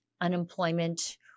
unemployment